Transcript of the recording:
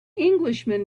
englishman